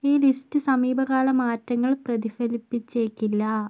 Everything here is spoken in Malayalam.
ഈ ലിസ്റ്റ് സമീപകാലമാറ്റങ്ങൾ പ്രതിഫലിപ്പിച്ചേക്കില്ല